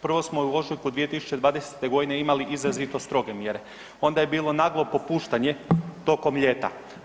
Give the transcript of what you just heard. Prvo smo u ožujku 2020. g. imali izrazito stroge mjere, onda je bilo naglo popuštanje tokom ljeta.